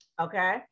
Okay